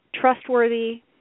trustworthy